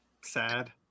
sad